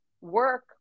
work